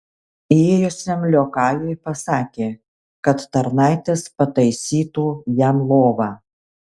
įėjusiam liokajui pasakė kad tarnaitės pataisytų jam lovą